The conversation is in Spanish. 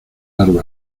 largo